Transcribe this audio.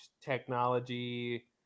technology